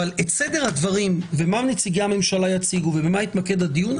אבל סדר הדברים ומה נציגי הממשלה יציגו ובמה יתמקד הדיון,